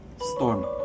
storm